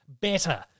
better